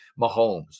Mahomes